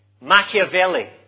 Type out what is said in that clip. Machiavelli